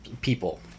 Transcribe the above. people